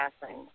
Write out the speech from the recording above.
passing